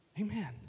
Amen